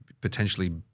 potentially